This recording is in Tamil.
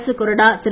அரசுக் கொறடா திரு